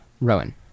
Rowan